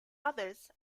others